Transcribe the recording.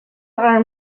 our